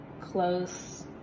close